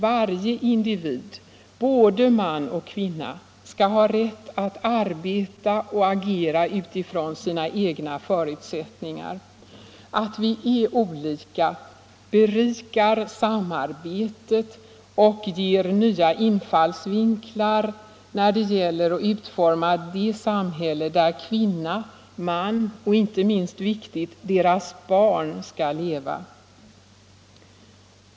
Varje individ, både man och kvinna, skall ha rätt att arbeta och agera utifrån sina egna förutsättningar. Att vi är olika berikar samarbetet och ger nya infallsvinklar när det gäller att utforma det samhälle där kvinna, man och — inte minst viktigt — deras barn skall leva.